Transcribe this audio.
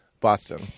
Boston